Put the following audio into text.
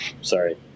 Sorry